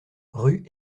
rue